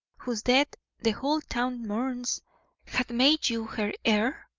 whose death the whole town mourns, had made you her heir?